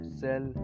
sell